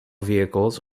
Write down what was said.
vehicles